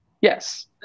yes